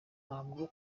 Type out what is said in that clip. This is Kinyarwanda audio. ntabwo